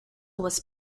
was